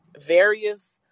various